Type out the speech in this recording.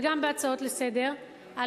וגם בהצעות לסדר-היום,